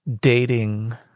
dating